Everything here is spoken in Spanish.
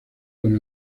con